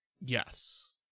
Yes